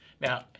Now